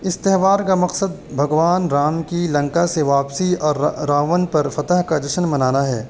اس تہوار کا مقصد بھگوان رام کی لنکا سے واپسی اور راون پر فتح کا جشن منانا ہے